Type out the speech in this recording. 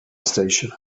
station